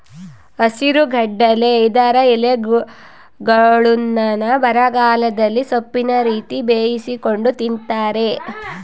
ಹಸಿರುಗಡಲೆ ಇದರ ಎಲೆಗಳ್ನ್ನು ಬರಗಾಲದಲ್ಲಿ ಸೊಪ್ಪಿನ ರೀತಿ ಬೇಯಿಸಿಕೊಂಡು ತಿಂತಾರೆ